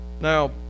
Now